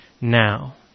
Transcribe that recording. now